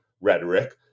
rhetoric